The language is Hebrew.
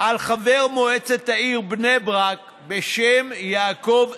על חבר מועצת העיר בני ברק בשם יעקב וידר.